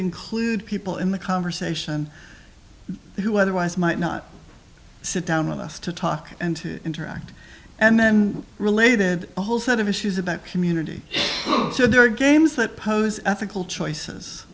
include people in the conversation who otherwise might not sit down with us to talk and to interact and then related a whole set of issues about community so there are games that pose ethical choices